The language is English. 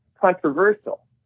controversial